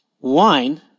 wine